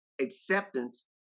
acceptance